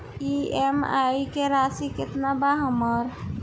EMI की राशि केतना बा हमर?